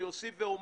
אני אוסיף ואומר,